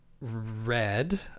red